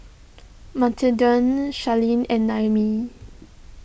Matilde Sherlyn and Noemi